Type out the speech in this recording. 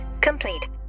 complete